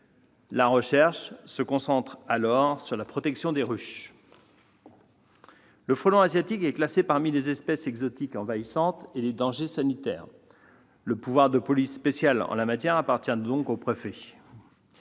La recherche se concentre alors sur la protection des ruches. Le frelon asiatique est classé parmi les espèces exotiques envahissantes et les dangers sanitaires. Le pouvoir de police spéciale en la matière appartient donc au préfet.